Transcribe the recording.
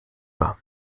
war